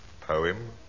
poem